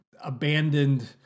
abandoned